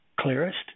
clearest